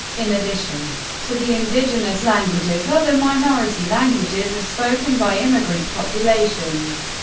in addition to the indigenous languages, other minority languages are spoken by immigrant populations,